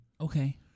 Okay